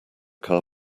car